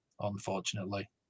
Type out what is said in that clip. unfortunately